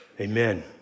Amen